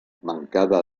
mancada